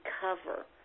cover